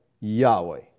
Yahweh